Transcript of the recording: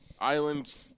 island